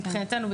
מבחינתנו,